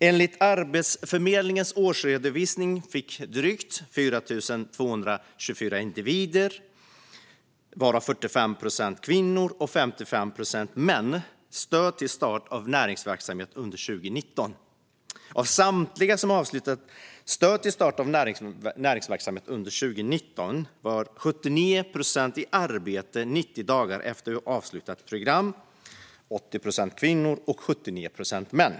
Enligt Arbetsförmedlingens årsredovisning fick drygt 4 224 individer - 45 procent kvinnor och 55 procent män - stöd till start av näringsverksamhet under 2019. Av samtliga som avslutat programmet Stöd till start av näringsverksamhet under 2019 var 79 procent i arbete 90 dagar efter avslutat program - 80 procent av kvinnorna och 79 procent av männen.